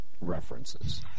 references